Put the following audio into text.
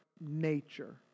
nature